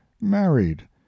married